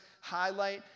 highlight